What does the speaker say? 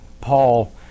Paul